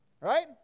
right